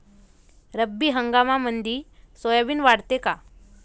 रब्बी हंगामामंदी सोयाबीन वाढते काय?